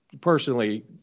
personally